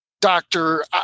doctor